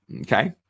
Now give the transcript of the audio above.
okay